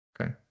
Okay